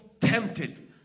tempted